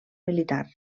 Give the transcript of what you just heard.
militar